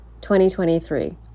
2023